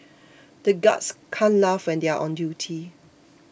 the guards can't laugh when they are on duty